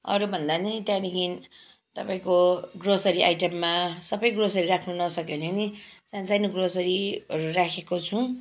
अरूभन्दा पनि त्यहाँदेखि तपाईँको ग्रोसरी आइटममा सबै ग्रोसरी राख्नु नसके भने पनि सानो सानो ग्रोसरीहरू राखेको छौँ